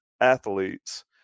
athletes